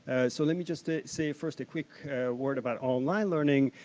so, let me just ah say first a quick word about online learning.